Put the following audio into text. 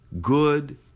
good